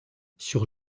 sur